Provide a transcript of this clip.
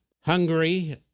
Hungary